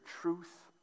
truth